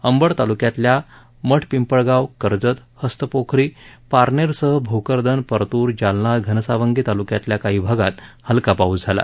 अंबड ताल्क्यातल्या मठपिंपळगाव कर्जत हस्तपोखरी पारनेरसह भोकरदन परत्र जालना घनसावंगी तालुक्यातल्या काही भागात हलका पाऊस झाला